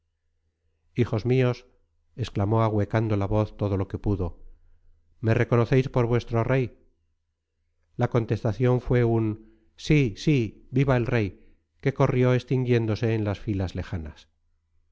hijos míos exclamó ahuecando la voz todo lo que pudo me reconocéis por vuestro rey la contestación fue un sí sí viva el rey que corrió extinguiéndose en las filas lejanas